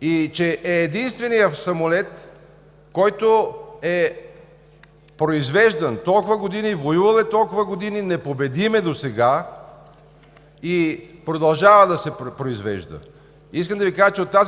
и че е единственият самолет, който е произвеждан толкова години, воювал е толкова години, непобедим е досега и продължава да се произвежда. Искам да Ви кажа, че сега